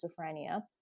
schizophrenia